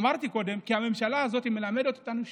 אמרתי קודם כי הממשלה הזאת מלמדת אותנו שיעור.